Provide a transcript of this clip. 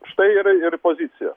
štai yra ir pozicija